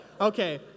Okay